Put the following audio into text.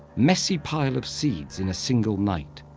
messy pile of seeds in a single night.